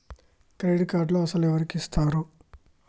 Credit కార్డులు అసలు ఎవరికి ఇస్తారు?